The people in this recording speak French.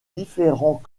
différents